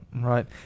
Right